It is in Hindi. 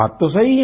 बात तो सही है